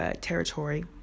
territory